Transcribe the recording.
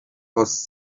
pas